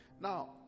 Now